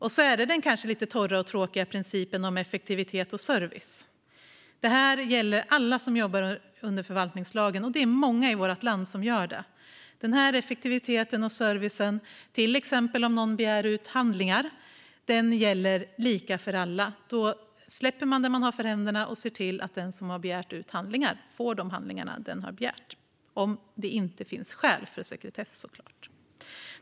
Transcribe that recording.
Och så är det den kanske lite torra och tråkiga principen om effektivitet och service. Den gäller alla som jobbar under förvaltningslagen, och det är många i vårt land som gör det. Effektiviteten och servicen, till exempel om någon begär ut handlingar, gäller lika för alla. Man släpper det man har för händerna och ser till att den som har begärt ut handlingar får de handlingar som den har begärt, om det inte finns skäl för sekretess såklart.